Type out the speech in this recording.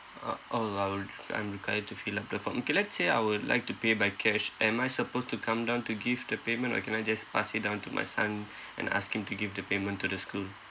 uh orh well okay I'm required to fill up the form okay let's say I would like to pay by cash am I supposed to come down to give the payment or can I just pass it down to my son and ask him to give the payment to the school